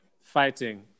fighting